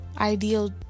ideal